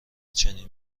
چنین